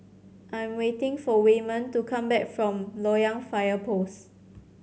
I am waiting for Wayman to come back from Loyang Fire Post